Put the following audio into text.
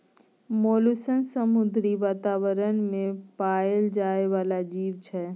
molluscs समुद्री बातावरण मे पाएल जाइ बला जीब छै